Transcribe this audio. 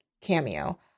cameo